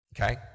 Okay